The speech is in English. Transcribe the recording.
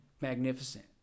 magnificent